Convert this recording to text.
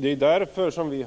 Det är därför som vi